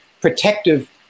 protective